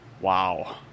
wow